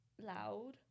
loud